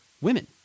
women